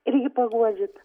ir jį paguodžiat